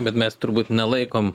bet mes turbūt nelaikom